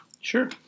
Sure